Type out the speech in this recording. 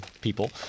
people